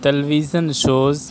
television shows